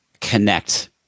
connect